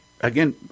Again